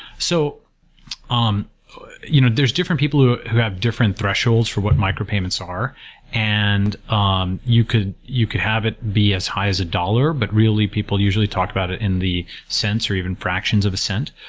so um you know different people who who have different thresholds for what micropayments are and um you could you could have it be as high as a dollar, but really people usually talk about it in the sense or even fractions of a cent.